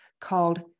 called